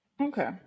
okay